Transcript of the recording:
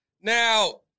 Now